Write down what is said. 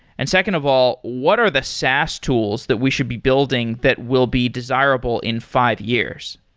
and second of all, what are the saas tools that we should be building that will be desirable in five years?